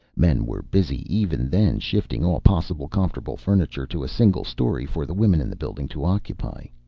men were busy even then shifting all possible comfortable furniture to a single story for the women in the building to occupy.